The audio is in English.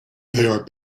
are